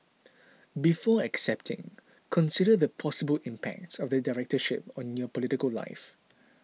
before accepting consider the possible impact of the Directorship on your political life